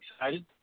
excited